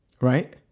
Right